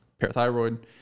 parathyroid